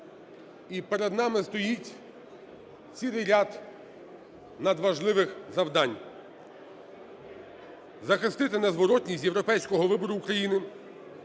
перед нами стоїть цілий ряд надважливих завдань: захистити незворотність європейського вибору України,